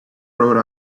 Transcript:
rode